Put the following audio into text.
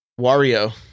Wario